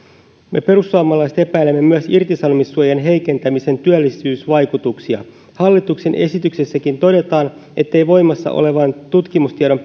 me perussuomalaiset epäilemme myös irtisanomissuojan heikentämisen työllisyysvaikutuksia hallituksen esityksessäkin todetaan ettei voimassa olevan tutkimustiedon